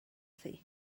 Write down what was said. thi